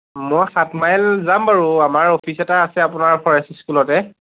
মই সাতমাইল যাম বাৰু আমাৰ অফিচ এটা আছে আপোনাৰ ফৰেষ্ট স্কুলতে